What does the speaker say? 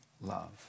love